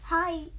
Hi